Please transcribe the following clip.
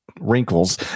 wrinkles